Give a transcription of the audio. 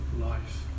life